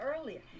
earlier